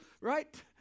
right